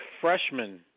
freshman